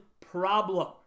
problem